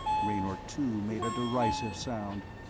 raynor two made a derisive sound.